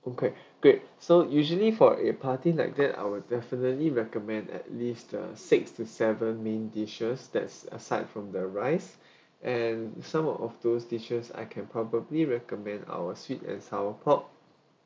okay great so usually for a party like that I'll definitely recommend at least uh six to seven main dishes that's aside from the rice and some of~ of those dishes I can probably recommend our sweet and sour pork